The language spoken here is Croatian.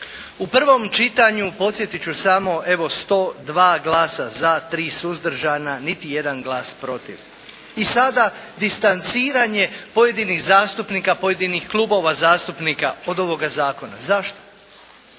U prvom čitanju podsjetit ću samo 102 glasa za, 3 suzdržana, niti jedan glas protiv i sada distanciranje pojedinih klubova zastupnika od ovoga Zakona, Zašto?